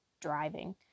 driving